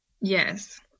Yes